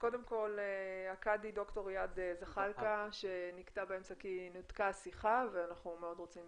קודם כל ד"ר איאד זחאלקה שנקטע באמצע כי נותקה השיחה ואנחנו מאוד רוצים